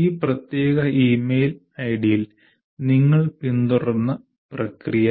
ഈ പ്രത്യേക ഇമെയിൽ ഐഡിയിൽ നിങ്ങൾ പിന്തുടർന്ന പ്രക്രിയ